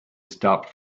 stopped